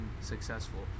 successful